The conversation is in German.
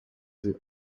sie